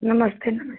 नमस्ते नमस्ते